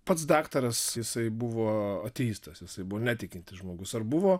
pats daktaras jisai buvo ateistas jisai buvo netikintis žmogus ar buvo